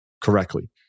correctly